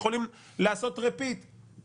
הם יכולים לעשות repeat שזה